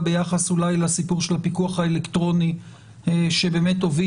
ביחס אולי לסיפור של הפיקוח האלקטרוני שבאמת הוביל